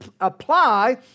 apply